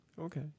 Okay